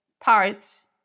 parts